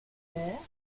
air